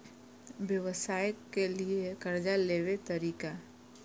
व्यवसाय के लियै कर्जा लेबे तरीका?